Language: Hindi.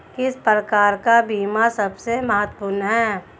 किस प्रकार का बीमा सबसे महत्वपूर्ण है?